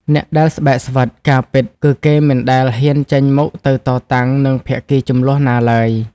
អ្នកដែលស្បែកស្វិត ការពិត គឺគេមិនដែលហ៊ានចេញមុខទៅតតាំងនឹងភាគីជម្លោះណាឡើយ។